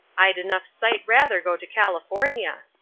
i'd enough sight rather go to california.